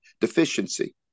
deficiency